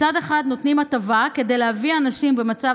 מצד אחד נותנים הטבה כדי להביא אנשים במצב